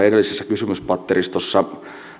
edellisessä kysymyspatteristossa